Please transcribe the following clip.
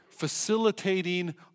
facilitating